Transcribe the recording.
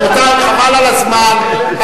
רבותי, חבל על הזמן.